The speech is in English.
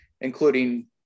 including